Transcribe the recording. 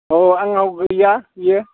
अ आंनाव गैया बियो